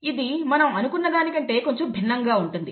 ఇది మనం అనుకున్న దానికంటే కొంచెం భిన్నంగా ఉంటుంది